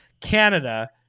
Canada